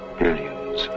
billions